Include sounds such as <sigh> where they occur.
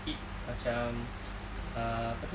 eat macam <noise> uh apa tu